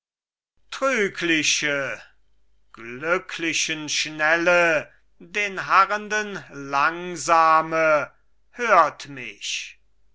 trügliche glücklichen schnelle den harrenden langsame hört mich